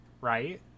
right